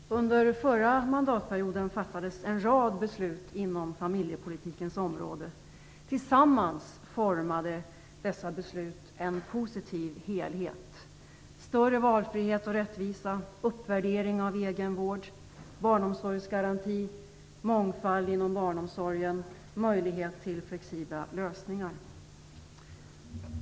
Fru talman! Under förra mandatperioden fattades en rad beslut inom familjepolitikens område. Tillsammans formade dessa beslut en positiv helhet: större valfrihet och rättvisa, uppvärdering av egenvård, barnomsorgsgarantin, mångfald inom barnomsorgen och möjlighet till flexibla lösningar.